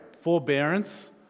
Forbearance